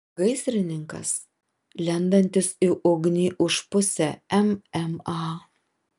gaisrininkas lendantis į ugnį už pusę mma